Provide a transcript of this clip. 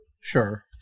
Sure